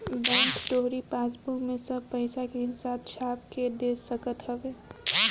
bank तोहरी passbook में सब पईसा के हिसाब छाप के दे सकत हवे